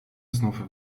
znów